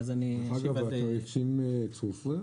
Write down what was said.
התעריפים עצמם צורפו?